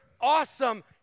awesome